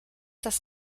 das